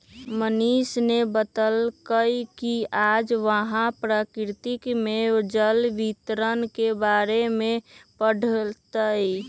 मनीष ने बतल कई कि आज वह प्रकृति में जल वितरण के बारे में पढ़ तय